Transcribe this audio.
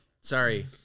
Sorry